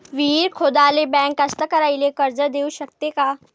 विहीर खोदाले बँक कास्तकाराइले कर्ज देऊ शकते का?